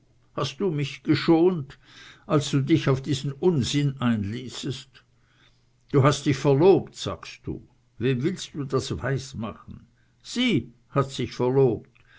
hast du mich geschont als du dich auf diesen unsinn einließest du hast dich verlobt sagst du wem willst du das weismachen sie hat sich verlobt